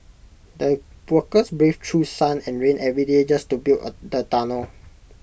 the workers braved through sun and rain every day just to build A tunnel